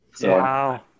Wow